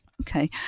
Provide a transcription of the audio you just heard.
Okay